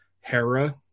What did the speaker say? Hera